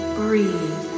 breathe